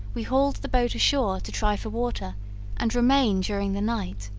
we hauled the boat ashore to try for water and remain during the night